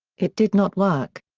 it did not work.